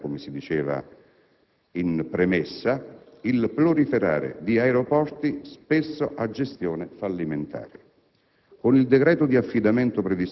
Ciò al fine di evitare, come si diceva in premessa, il proliferare di aeroporti spesso a gestione fallimentare.